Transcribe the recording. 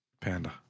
Panda